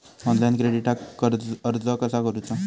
Online क्रेडिटाक अर्ज कसा करुचा?